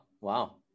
Wow